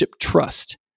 trust